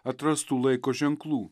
atrastų laiko ženklų